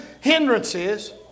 hindrances